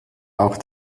auch